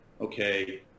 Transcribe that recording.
okay